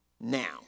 now